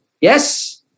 Yes